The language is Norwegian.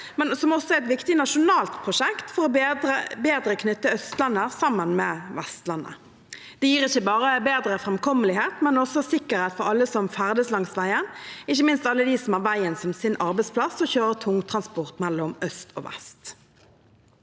men som også er et viktig nasjonalt prosjekt for bedre å knytte Østlandet sammen med Vestlandet. Det gir ikke bare bedre framkommelighet, men også sikkerhet for alle som ferdes langs veien, ikke minst alle dem som har veien som sin arbeidsplass og kjører tungtransport mellom øst og vest.